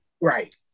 Right